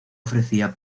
ofrecía